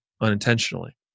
unintentionally